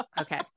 Okay